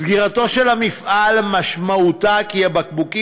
סגירתו של המפעל משמעותה כי הבקבוקים